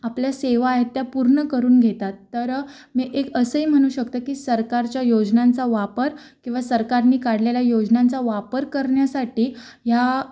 आपल्या सेवा आहेत त्या पूर्ण करून घेतात तर मी एक असे म्हणू शकते की सरकारच्या योजनांचा वापर किंवा सरकारने काढलेल्या योजनांचा वापर करण्यासाठी ह्या